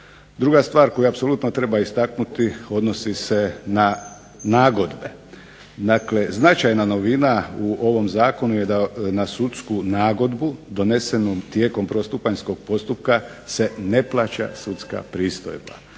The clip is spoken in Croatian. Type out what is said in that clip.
Druga stvar koja apsolutno treba istaknuti odnosi se na nagodbe. Dakle, značajna novina u ovom zakonu da na sudsku nagodbu donesenu tijekom prvostupanjskog postupka se ne plaća sudska pristojba.